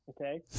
okay